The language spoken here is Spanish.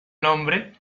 nombre